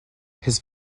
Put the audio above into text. his